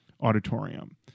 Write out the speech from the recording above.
auditorium